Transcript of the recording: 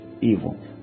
evil